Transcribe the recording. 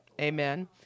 Amen